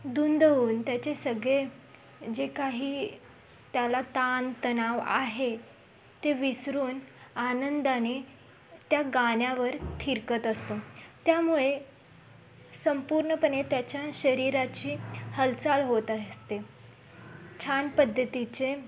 धुंद होऊन त्याचे सगळे जे काही त्याला ताणतणाव आहे ते विसरून आनंदाने त्या गाण्यावर थिरकत असतो त्यामुळे संपूर्णपणे त्याच्या शरीराची हालचाल होत असते छान पद्धतीचे